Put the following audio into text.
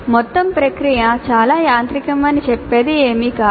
మొత్తం ప్రక్రియ చాలా యాంత్రికమని చెప్పేది ఏమీ లేదు